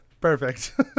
Perfect